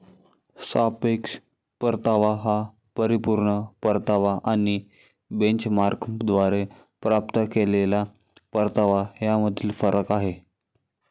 सापेक्ष परतावा हा परिपूर्ण परतावा आणि बेंचमार्कद्वारे प्राप्त केलेला परतावा यामधील फरक आहे